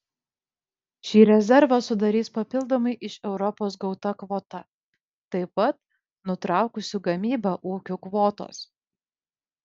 šį rezervą sudarys papildomai iš europos gauta kvota taip pat nutraukusių gamybą ūkių kvotos